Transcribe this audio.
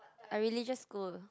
a religious school